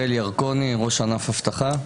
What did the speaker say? שמי הראל ירקוני, ראש ענף אבטחה.